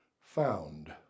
found